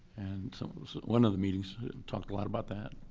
so one of the meetings talked a lot about that,